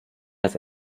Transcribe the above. erst